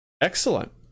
Excellent